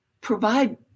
provide